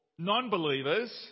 Non-believers